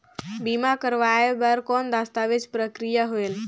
बीमा करवाय बार कौन दस्तावेज प्रक्रिया होएल?